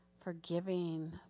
forgiving